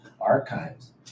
archives